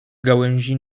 gałęzi